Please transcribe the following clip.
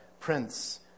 Prince